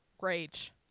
Rage